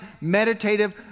meditative